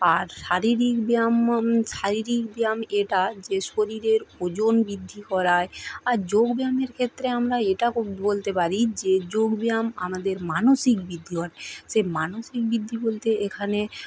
আর শারীরিক ব্যায়াম শারীরিক ব্যায়াম এটা যে শরীরের ওজন বৃদ্ধি করায় আর যোগ ব্যায়ামের ক্ষেত্রে আমরা এটা খুব বলতে পারি যে যোগ ব্যায়াম আমাদের মানসিক বৃদ্ধি ঘটে সে মানসিক বৃদ্ধি বলতে এখানে